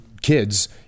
kids